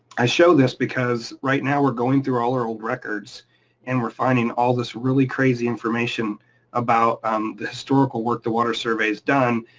i showed this because right now, we're going through all our old records and we're finding all this really crazy information about um the historical work the water survey has done.